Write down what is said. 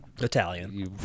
Italian